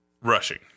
rushing